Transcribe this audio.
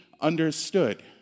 understood